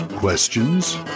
Questions